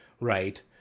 Right